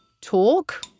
Talk